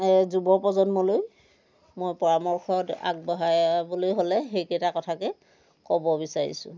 এই যুৱ প্ৰজন্মলৈ মই পৰামৰ্শত আগবঢ়াবলৈ হ'লে সেইকেইটা কথাকে ক'ব বিচাৰিছোঁ